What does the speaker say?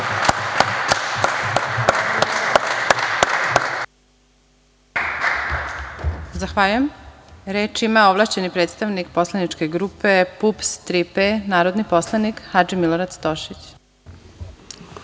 Zahvaljujem. Reč ima ovlašćeni predstavnik poslaničke grupe PUPS – „Tri P“, narodni poslanik Hadži Milorad Stošić.